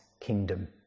kingdom